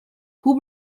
who